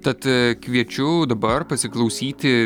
tad a kviečiu dabar pasiklausyti